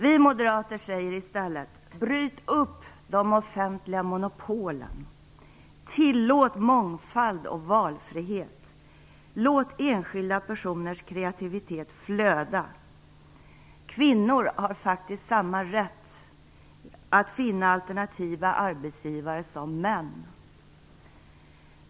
Vi moderater säger i stället: Bryt upp de offentliga monopolen! Tillåt mångfald och valfrihet! Låt enskilda personers kreativitet flöda! Kvinnor har faktiskt samma rätt som män att finna alternativa arbetsgivare.